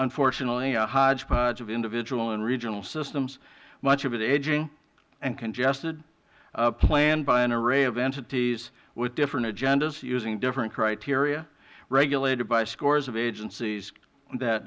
unfortunately a hodgepodge of individual and regional systems much of it edging and congested plan by an array of entities with different agendas using different criteria regulated by scores of agencies that